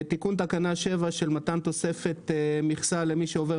תיקון תקנה 7 של מתן תוספת מכסה למי שעובר